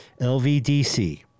LVDC